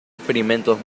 experimentos